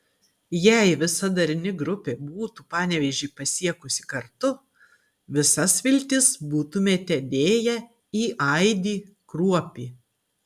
jei visa darni grupė būtų panevėžį pasiekusi kartu visas viltis būtumėte dėję į aidį kruopį